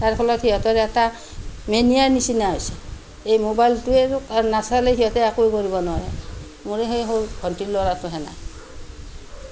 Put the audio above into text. তাৰ ফলত সিহঁতৰ এটা মেনিয়াৰ নিচিনা হৈছে এই মোবাইলটোৱে আৰু নাচালে সিহঁতে একোৱে কৰিব নোৱাৰে মোৰো সেই সৰু ভন্টিৰ ল'ৰাটো সেনে